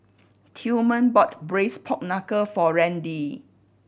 Tillman bought Braised Pork Knuckle for Randi